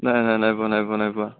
নাই নাই নাই পোৱা নাই পোৱা নাই পোৱা